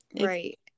Right